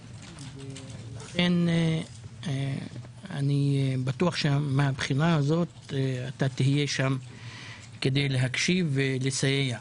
לכן אני בטוח שמן הבחינה הזאת אתה תהיה שם כדי להקשיב ולסייע.